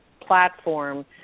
platform